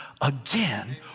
again